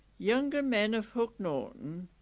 younger men of hook norton.